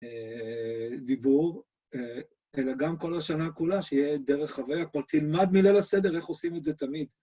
‫דיבור, אלא גם כל השנה כולה, ‫שיהיה דרך חוויה. ‫כלומר, תלמד מליל הסדר ‫איך עושים את זה תמיד.